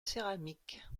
céramique